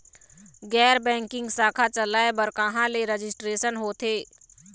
गैर बैंकिंग शाखा चलाए बर कहां ले रजिस्ट्रेशन होथे?